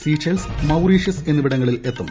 Seychelles Mauritius എന്നിവിടങ്ങളിൽ എത്തും